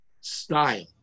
style